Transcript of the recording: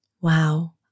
Wow